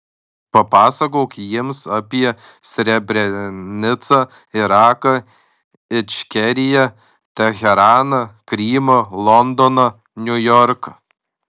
papasakok jiems apie srebrenicą iraką ičkeriją teheraną krymą londoną niujorką